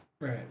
right